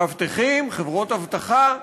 מאבטחים, חברות אבטחה,